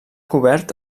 cobert